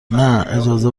نه، اجازه